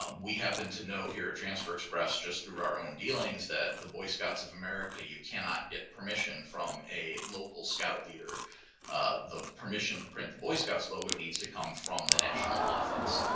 um we happen to know here at transfer express, just through our own dealings that the boy scouts of america, you cannot get permission from a local scout leader the permission to print the boy scouts logo. it needs to come from the national office.